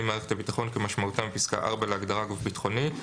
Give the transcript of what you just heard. מערכת הביטחון כמשמעותם בפסקה (4) להגדרה "גוף ביטחוני".